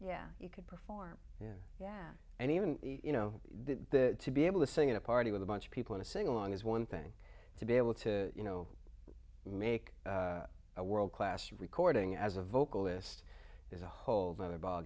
yeah you could perform yeah yeah and even you know that to be able to sing in a party with a bunch of people to sing along is one thing to be able to you know make a world class recording as a vocalist there's a whole other ball